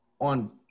on